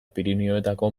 pirinioetako